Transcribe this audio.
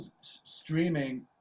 streaming